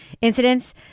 incidents